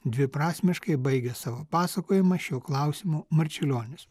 dviprasmiškai baigia savo pasakojimą šiuo klausimu marčiulionis